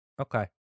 Okay